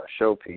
showpiece